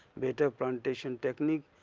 better plantation technique,